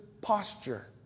posture